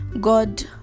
God